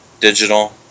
digital